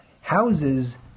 houses